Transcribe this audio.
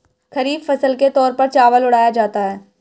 खरीफ फसल के तौर पर चावल उड़ाया जाता है